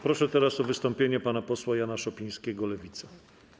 Proszę teraz o wystąpienie pana posła Jana Szopińskiego, Lewica.